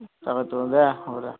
তাকেটো দে হ'ব দে